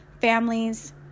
families